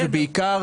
בעיקר,